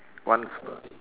one sp~